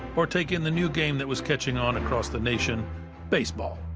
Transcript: or take in the new game that was catching on across the nation baseball.